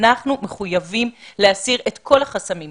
אנחנו מחויבים להסיר את כל החסמים.